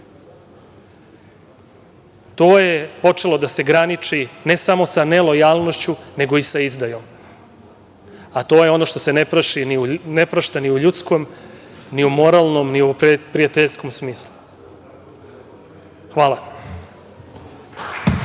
To je počelo da se graniči ne samo sa nelojalnošću, nego i sa izdajom, a to je ono što se ne prašta ni u ljudskom, ni u moralnom, ni u prijateljskom smislu. Hvala.